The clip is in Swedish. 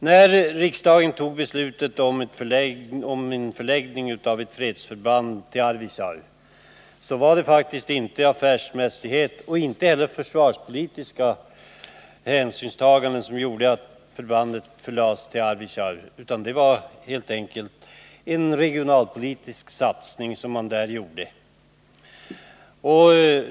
När riksdagen fattade beslutet om förläggning av ett fredsförband till Arvidsjaur var det faktiskt inte affärsmässighet och inte heller försvarpolitiska hänsynstaganden som gjorde att förbandet förlades till Arvidsjaur, utan det var helt enkelt en regionalpolitisk satsning som då gjordes.